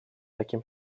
таким